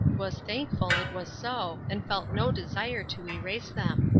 was thankful it was so, and felt no desire to erase them.